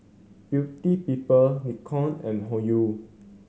Beauty People Nikon and Hoyu